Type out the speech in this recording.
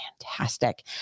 fantastic